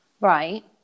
Right